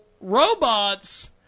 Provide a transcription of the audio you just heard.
robots